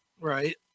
Right